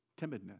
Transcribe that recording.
timidness